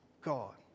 God